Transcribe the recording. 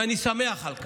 ואני שמח על כך.